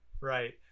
Right